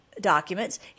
documents